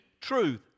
truth